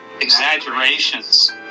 exaggerations